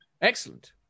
Excellent